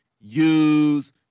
use